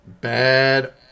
Bad